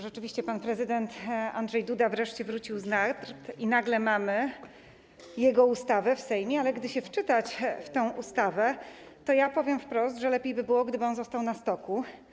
Rzeczywiście pan prezydent Andrzej Duda wreszcie wrócił z nart i nagle mamy jego ustawę w Sejmie, ale gdy się wczytamy w tę ustawę, to ja powiem wprost, że lepiej by było, gdyby on został na stoku.